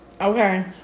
Okay